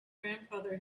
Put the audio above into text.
grandfather